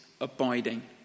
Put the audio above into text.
abiding